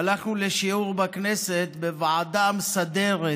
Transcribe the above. הלכנו לשיעור בכנסת בוועדה המסדרת.